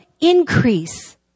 Increase